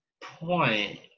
point